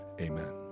Amen